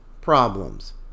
problems